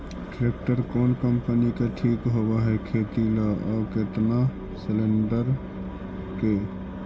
Tractor कोन company के ठीक होब है खेती ल औ केतना सलेणडर के?